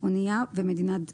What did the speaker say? "אנייה" ו-"מדינת הדגל"